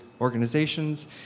organizations